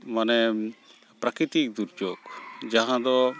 ᱢᱟᱱᱮ ᱯᱨᱟᱠᱨᱤᱛᱤᱠ ᱫᱩᱨᱡᱳᱜᱽ ᱡᱟᱦᱟᱸᱫᱚ